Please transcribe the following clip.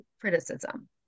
criticism